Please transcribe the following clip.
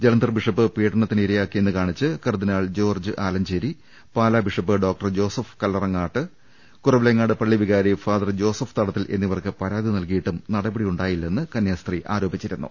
Jalandhar bishop പീഡനത്തിന് ഇരയാക്കിയെന്ന് കാണിച്ച് cardinal George Alencherry Pala bishop doctor Joseph Kallarangatt Kuravilangad പള്ളി വികാരി ഫാദർ ജോസഫ് തടത്തിൽ എന്നിവർക്ക് പരാതി നൽകിയിട്ടും നടപടി ഉണ്ടായില്ലെന്ന് കന്യാസ്ത്രീ ആരോപിച്ചിരുന്നു